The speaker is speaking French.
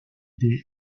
des